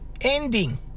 ending